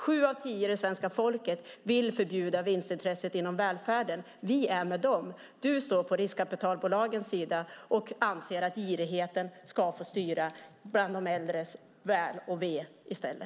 Sju av tio svenskar vill förbjuda vinstintresset inom välfärden. Vi är med dem. Du står i stället på riskkapitalbolagens sida och anser att girigheten ska få styra de äldres väl och ve.